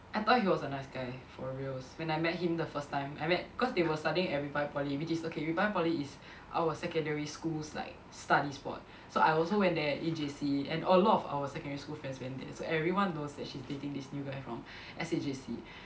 I thought he was a nice guy for reals when I met him the first time I met cause they were studying at republic poly which is okay republic poly is our secondary school's like study spot so I also went there in J_C and a lot of our secondary school friends went there so everyone knows that she's dating this new guy from S_A_J_C